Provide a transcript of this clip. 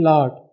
Lord